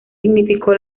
significó